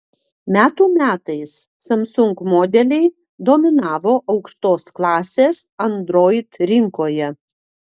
metų metais samsung modeliai dominavo aukštos klasės android rinkoje